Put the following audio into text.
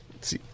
See